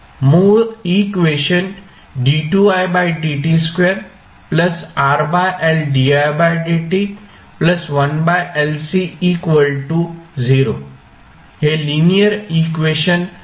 मूळ इक्वेशन हे linear equation आहे